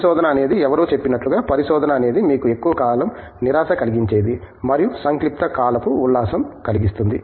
పరిశోధన అనేది ఎవరో చెప్పినట్లుగా పరిశోధన అనేది మీకు ఎక్కువ కాలం నిరాశ కలిగించేది మరియు సంక్షిప్త కాలపు ఉల్లాసం కలిగిస్తుంది